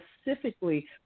specifically